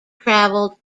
traveled